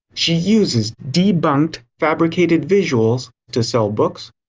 she uses debunked, fabricated visuals to sell books.